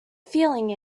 feeling